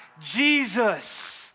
Jesus